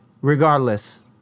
regardless